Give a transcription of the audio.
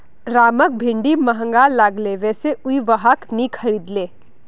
रामक भिंडी महंगा लागले वै स उइ वहाक नी खरीदले